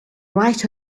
right